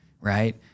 Right